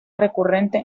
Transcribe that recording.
recurrente